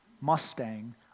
Mustang